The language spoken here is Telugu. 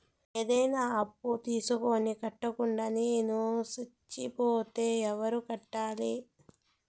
ఏదైనా అప్పు తీసుకొని కట్టకుండా నేను సచ్చిపోతే ఎవరు కట్టాలి?